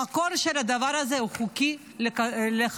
המקור של הדבר הזה הוא חוקי לחלוטין.